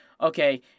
okay